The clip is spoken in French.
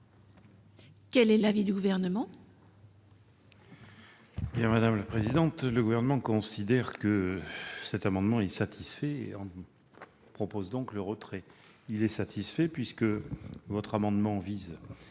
Quel est l'avis du Gouvernement ?